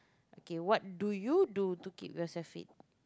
okay what do you do to keep yourself fit